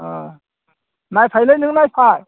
नायफाय नों नायफाय